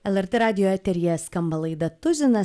lrt radijo eteryje skamba laida tuzinas